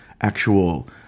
actual